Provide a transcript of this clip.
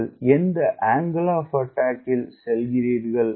நீங்கள் எந்த angle of attack நடத்துகிறீர்கள்